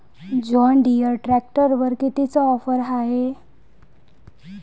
John Deere ट्रॅक्टरवर कितीची offer हाये?